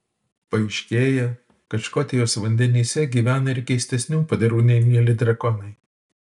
paaiškėja kad škotijos vandenyse gyvena ir keistesnių padarų nei mieli drakonai